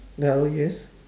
now yes